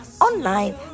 online